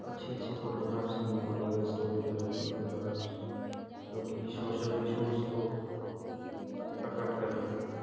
अच्छी अच्छी फ़ोटोग्राफ़्स लेना पड़ेगा स्टोरीटेल्लिंग फ़ोटोग्राफ़्स जो कि सोशल इश्यूज़ को प्रकट करते हैं